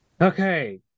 Okay